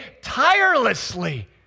tirelessly